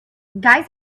guys